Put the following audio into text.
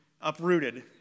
uprooted